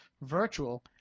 virtual